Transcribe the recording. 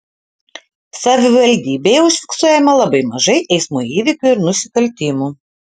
savivaldybėje užfiksuojama labai mažai eismo įvykių ir nusikaltimų